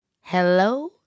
Hello